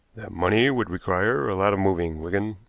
that money would require a lot of moving, wigan.